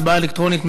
הצבעה אלקטרונית.